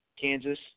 Kansas